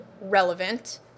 relevant